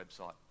website